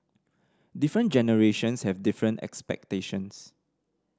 different generations have different expectations